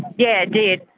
yeah did.